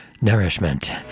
nourishment